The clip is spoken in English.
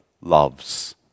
loves